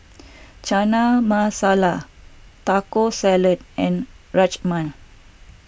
Chana Masala Taco Salad and Rajman